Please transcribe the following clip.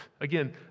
Again